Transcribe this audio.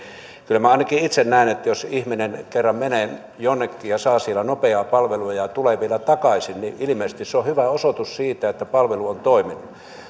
kyllä minä ainakin itse näen että jos ihminen kerran menee jonnekin ja saa siellä nopeaa palvelua ja tulee vielä takaisin niin ilmeisesti se on hyvä osoitus siitä että palvelu on toiminut